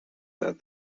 that